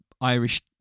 irish